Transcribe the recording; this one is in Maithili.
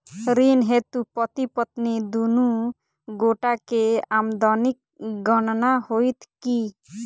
ऋण हेतु पति पत्नी दुनू गोटा केँ आमदनीक गणना होइत की?